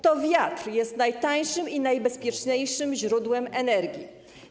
To wiatr jest najtańszym i najbezpieczniejszym źródłem energii.